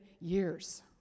years